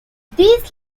this